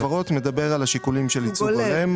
חוק החברות מדבר על השיקולים של ייצוג הולם.